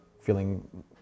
feeling